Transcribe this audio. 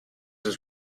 was